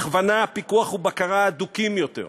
הכוונה, פיקוח ובקרה הדוקים יותר,